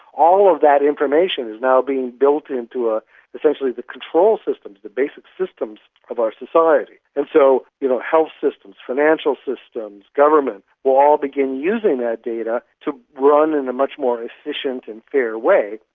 all of that information is now being built into ah essentially the control systems, the basic systems of our society. and so you know health systems, financial systems, government, will all begin using that data to run in a much more efficient and fair way,